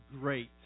great